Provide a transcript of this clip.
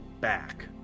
back